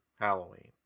Halloween